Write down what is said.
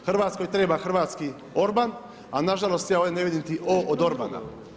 Hrvatskoj treba hrvatski Orban, a nažalost ja ovdje ne vidim niti O od Orbana.